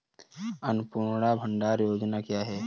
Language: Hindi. अन्नपूर्णा भंडार योजना क्या है?